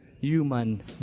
human